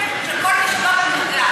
שופט, של כל מי שבא במגע.